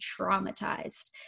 traumatized